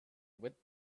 lit